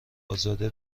ازاده